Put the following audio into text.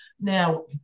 Now